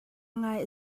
ngai